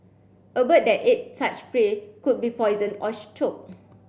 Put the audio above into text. a bird that ate such prey could be poisoned or choke